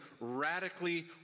radically